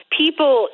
people